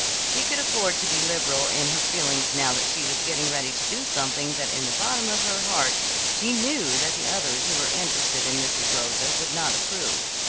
she could afford to be liberal in her feelings now that she was getting ready to do something that in the bottom of her heart she knew that the others who were interested in mrs. rosa would not approve.